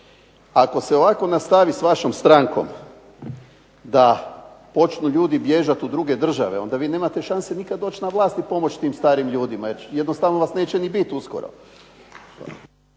Ako se ovako nastavi s vašom strankom da počnu ljudi bježati u druge države onda vi nemate šanse nikad doći na vlast i pomoć tim starim ljudima jer jednostavno vas neće ni bit uskoro.